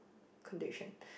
condition